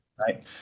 Right